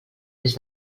des